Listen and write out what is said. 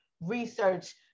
research